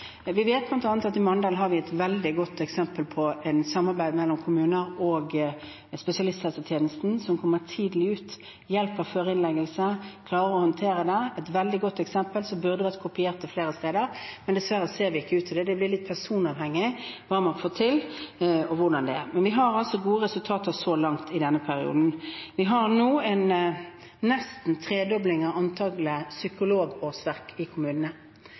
Vi vet bl.a. at i Mandal har vi et veldig godt eksempel på et samarbeid mellom kommunen og spesialisthelsetjenesten, som kommer tidlig ut, hjelper før innleggelse, klarer å håndtere det – et veldig godt eksempel, som burde vært kopiert flere steder, men dessverre ser det ikke ut til det. Det blir litt personavhengig hva man får til, og hvordan det er. Men vi har altså gode resultater så langt i denne perioden. Vi har nå nesten en tredobling av antallet psykologårsverk i kommunene.